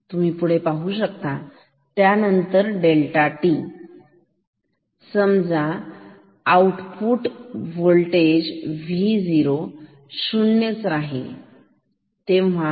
मग तुम्ही पाहू शकता त्यानंतर डेटा वेळ समजा V0 शुन्यच आहे